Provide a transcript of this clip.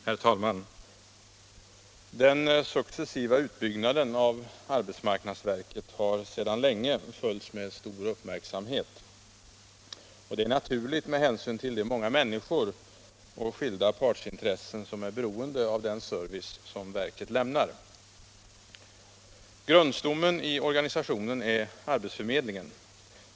Herr talman! Den successiva utbyggnaden av arbetsmarknadsverket har sedan länge följts med stor uppmärksamhet. Det är naturligt med hänsyn till de många människor och skilda partsintressen som är beroende av den service som verket lämnar. Grundstommen i organisationen är arbetsförmedlingen.